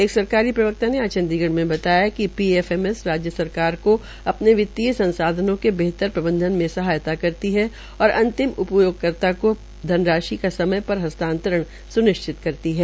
एक सरकारी प्रवक्ता ने आज चंडीगढ़ में बताया कि पीएफएमएस राज्य सरकार को अपने वित्तीय संसाधनों के बेहतर प्रबंधन में सहायता करती है और अंतिम उपयोगकर्ता को धनराशि का समय पर हस्तांतरण सुनिश्चित करती है